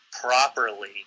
properly